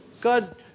God